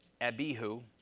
Abihu